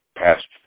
past